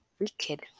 Wicked